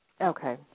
Okay